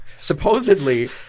Supposedly